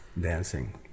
dancing